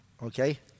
Okay